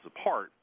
apart